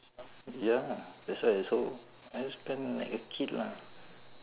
ya lah that's why so I just spend like a kid lah